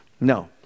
no